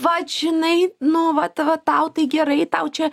vat žinai nu vat vat tau tai gerai tau čia